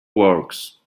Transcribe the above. works